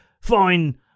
fine